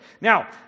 Now